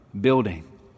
building